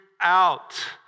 out